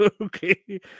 okay